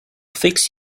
fix